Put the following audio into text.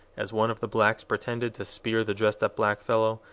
as one of the blacks pretended to spear the dressed-up blackfellow,